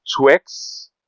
Twix